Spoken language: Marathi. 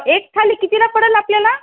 एक थाळी कितीला पडेल आपल्याला